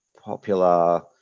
popular